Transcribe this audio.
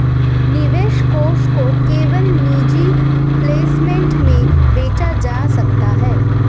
निवेश कोष को केवल निजी प्लेसमेंट में बेचा जा सकता है